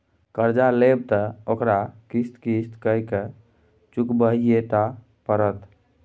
कर्जा लेब त ओकरा किस्त किस्त कए केँ चुकबहिये टा पड़त